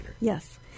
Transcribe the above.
Yes